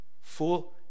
full